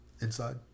inside